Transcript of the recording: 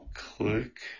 click